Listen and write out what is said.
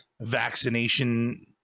vaccination